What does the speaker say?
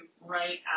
right